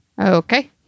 Okay